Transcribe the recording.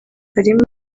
harimo